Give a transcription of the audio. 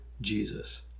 jesus